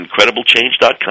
incrediblechange.com